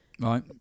Right